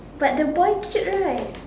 but the boy cute right